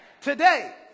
Today